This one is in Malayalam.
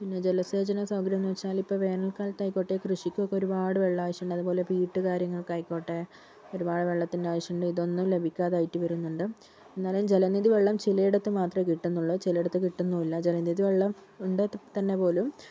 പിന്നെ ജലസേചനസൗകാര്യമെന്ന് വെച്ചാല് ഇപ്പോൾ വേനൽ കാലത്ത് ആയിക്കോട്ടെ കൃഷിക്ക് ഒക്കെ ഒരുപാട് വെള്ളം ആവശ്യമുണ്ട് അതുപോലെ വീട്ടുകാര്യങ്ങൾക്കായിക്കോട്ടെ ഒരുപാട് വെള്ളത്തിന്റെ ആവശ്യമുണ്ട് ഇതൊന്നും ലഭിക്കാതെ ആയിട്ട് വരുന്നുണ്ട് എന്നാലും ജലനിധി വെള്ളം ചിലയിടത്ത് മാത്രമേ കിട്ടുന്നുള്ളു ചിലയിടത്ത് കിട്ടുന്നുമില്ല ജലനിധിവെള്ളം ഉണ്ടായിട്ട് തന്നെ പോലും